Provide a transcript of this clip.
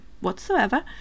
whatsoever